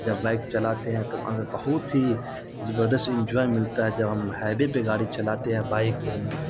جب بائک چلاتے ہیں تو بہت ہی زبردست انجوائے ملتا ہے جب ہم ہائیوے پہ گاڑی چلاتے ہیں بائک